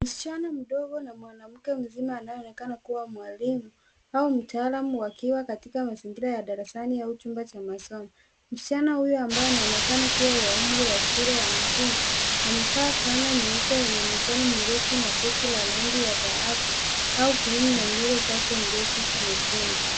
Msichana mdogo na mwanamke mzima anayeonekana kuwa mwalimu au mtaalam wakiwa katika mazingira ya darasani au chumba cha masomo. Msichana huyo ambaye anaonekana kuwa wa umri wa shule za msingi amevaa fulana nyeupe yenye mikono mirefu na koti la rangi ya dhahabu au cream na nywele zake zimefungwa.